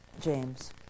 James